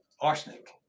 arsenic